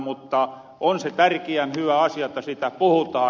mutta on se tärkiän hyvä asia että siitä puhutaan